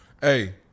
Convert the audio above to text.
Hey